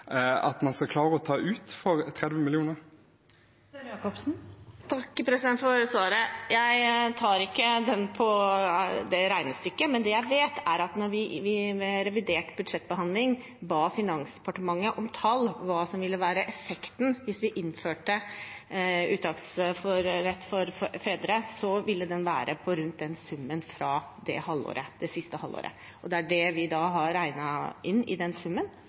at man skal klare å ta ut for 30 mill. kr? Takk for spørsmålet. Jeg tar ikke det regnestykket, men det jeg vet, er at da vi under revidert budsjettbehandling ba Finansdepartementet om tall på hva som ville være effekten hvis vi innførte uttaksrett for fedre, ville det være på rundt den summen det siste halvåret. Det er det vi har regnet inn i den summen.